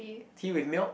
tea with milk